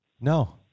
no